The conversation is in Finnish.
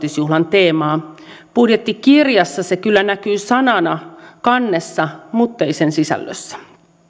teemaa budjettikirjassa se kyllä näkyy sanana kannessa muttei sen sisällössä